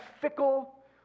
fickle